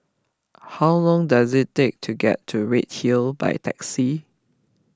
how long does it take to get to Redhill by taxi